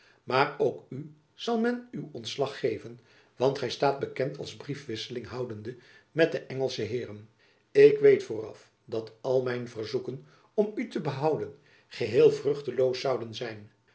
maar ook u zal men uw ontslag geven want gy staat bekend als briefwisseling houdende met de engelsche heeren ik weet vooraf dat al mijn verzoeken om u te behouden geheel vruchteloos zouden zijn